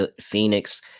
Phoenix